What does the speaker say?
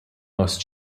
most